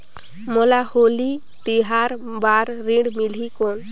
मोला होली तिहार बार ऋण मिलही कौन?